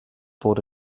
fod